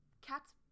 cats